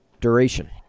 Duration